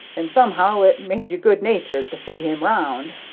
and somehow it made you good-natured to see him round.